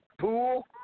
pool